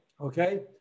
okay